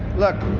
look,